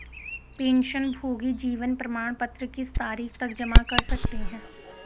पेंशनभोगी जीवन प्रमाण पत्र किस तारीख तक जमा कर सकते हैं?